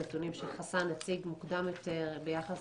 הנתונים שחסאן הציג מוקדם יותר ביחס